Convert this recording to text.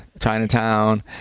Chinatown